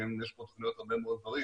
כי יש פה תוכניות עם הרבה מאוד דברים